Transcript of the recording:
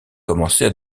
commençait